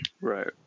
Right